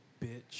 bitch